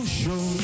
show